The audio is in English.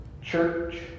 church